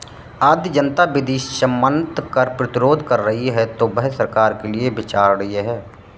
यदि जनता विधि सम्मत कर प्रतिरोध कर रही है तो वह सरकार के लिये विचारणीय है